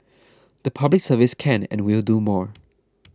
the Public Service can and will do more